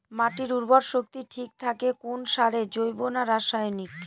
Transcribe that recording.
মাটির উর্বর শক্তি ঠিক থাকে কোন সারে জৈব না রাসায়নিক?